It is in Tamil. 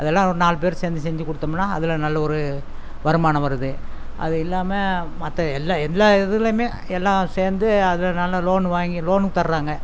அதெல்லாம் ஒரு நாலு பேர் சேர்ந்து செஞ்சு கொடுத்தோம்னா அதில் நல்ல ஒரு வருமானம் வருது அது இல்லாமல் மற்ற எல்லா எல்லா இதுலேயுமே எல்லாம் சேர்ந்து அதில் நல்லா லோனு வாங்கி லோனும் தர்றாங்க